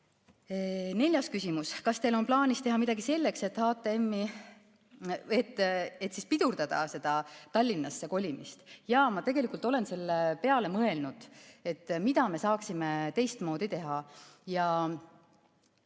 Neljas küsimus: kas teil on plaanis teha midagi selleks, et pidurdada seda Tallinnasse kolimist? Jaa, ma tegelikult olen selle peale mõelnud, mida me saaksime teistmoodi teha.